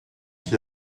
qui